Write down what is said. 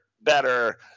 better